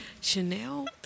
Chanel